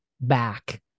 back